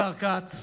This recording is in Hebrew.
השר כץ,